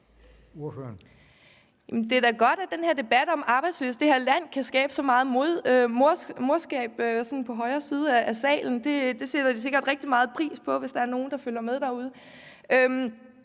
Det er da godt, at den debat om arbejdsløse i det her land kan skabe så meget morskab i højre side af salen. Det sætter de sikkert rigtig meget pris på – hvis der er nogen, der følger med derude.